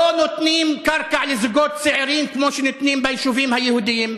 לא נותנים קרקע לזוגות צעירים כמו שנותנים ביישובים היהודיים,